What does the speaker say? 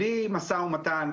בלי משא ומתן,